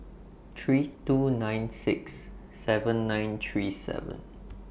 three two nine six seven nine three seven